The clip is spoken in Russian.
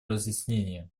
разъяснение